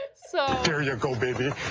ah so there you go baby.